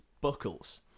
buckles